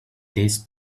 these